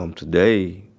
um today,